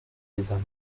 eisene